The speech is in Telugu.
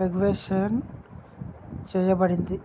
రెగ్వులేషన్ చేయబడింది